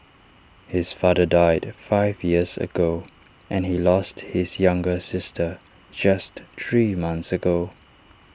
his father died five years ago and he lost his younger sister just three months ago